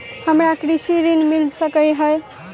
हमरा कृषि ऋण मिल सकै है?